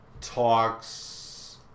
talks